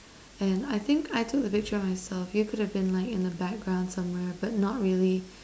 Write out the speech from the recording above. and I think I took a picture of myself you could have been like in the background somewhere but not really